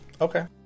Okay